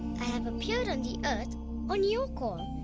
i have appeared on the earth on your call,